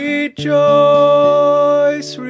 Rejoice